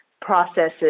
processes